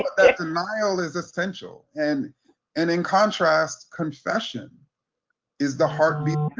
but that denial is essential. and and in contrast confession is the heartbeat,